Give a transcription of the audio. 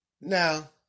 Now